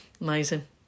amazing